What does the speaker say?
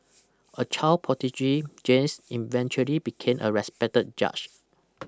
a child prodigy James eventually became a respected judge